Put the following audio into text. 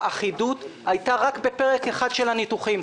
האחידות הייתה רק בפרק אחד של הניתוחים,